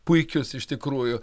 puikius iš tikrųjų